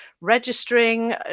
registering